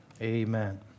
amen